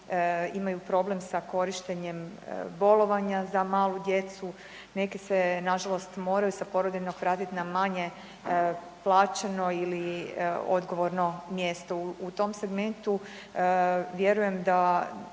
Imaju problem sa korištenjem bolovanja za malu djecu. Neki se na žalost moraju sa porodiljnog vratiti na manje plaćeno ili odgovorno mjesto. U tom segmentu vjerujem da